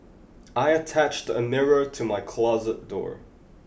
I attached a mirror to my closet door